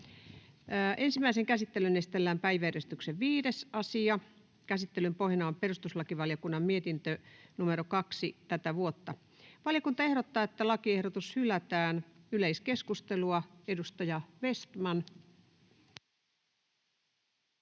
Ensimmäiseen käsittelyyn esitellään päiväjärjestyksen 5. asia. Käsittelyn pohjana on perustuslakivaliokunnan mietintö PeVM 2/2023 vp. Valiokunta ehdottaa, että lakiehdotus hylätään. — Yleiskeskustelua, edustaja Vestman.